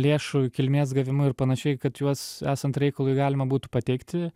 lėšų kilmės gavimu ir panašiai kad juos esant reikalui galima būtų pateikti